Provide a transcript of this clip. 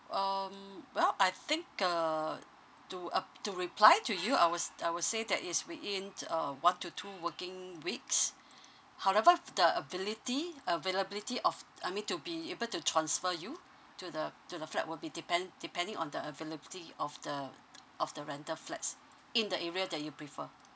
um well I think uh to ap~ to reply to you I was I would say that is within uh one to two working weeks however f~ the ability availability of I mean to be able to transfer you to the to the flat will be depend depending on the availability of the of the rental flats in the area that you prefer